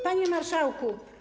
Panie Marszałku!